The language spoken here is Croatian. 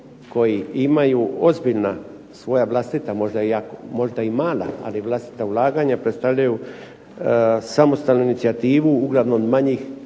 koji imaju ozbiljna svoja vlastita možda mala ali vlastita ulaganja predstavljaju samostalnu inicijativu uglavnom manjih